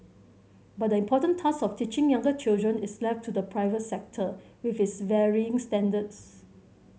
but the important task of teaching younger children is left to the private sector with its varying standards